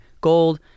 gold